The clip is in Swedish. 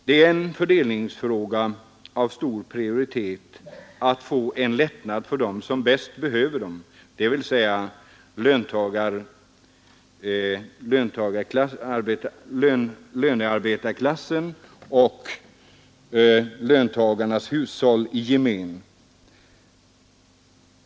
Det är en fördelningsfråga av stor prioritet att få till stånd en lättnad för dem som bäst behöver den, dvs. lönearbetarklassen och löntagarnas hushåll i gemen.